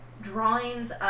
drawings